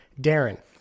Darren